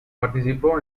participó